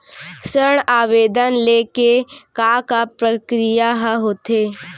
ऋण आवेदन ले के का का प्रक्रिया ह होथे?